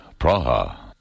Praha